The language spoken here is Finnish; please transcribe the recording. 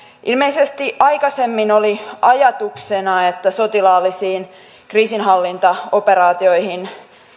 ilmeisesti aikaisemmin oli ajatuksena että sotilaallisiin kriisinhallintaoperaatioihin